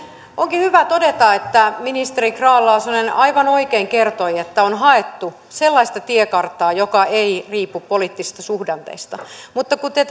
onkin hyvä todeta että ministeri grahn laasonen aivan oikein kertoi että on haettu sellaista tiekarttaa joka ei riipu poliittisista suhdanteista mutta kun te